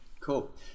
Cool